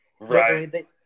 right